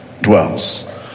dwells